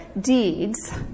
deeds